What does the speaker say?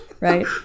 Right